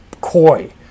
coy